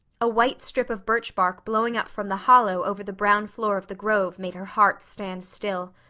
a white strip of birch bark blowing up from the hollow over the brown floor of the grove made her heart stand still.